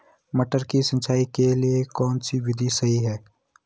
मटर की सिंचाई के लिए कौन सी विधि सही है?